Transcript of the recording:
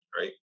right